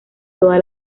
toda